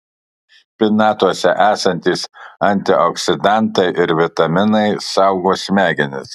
špinatuose esantys antioksidantai ir vitaminai saugo smegenis